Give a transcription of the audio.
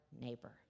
neighbor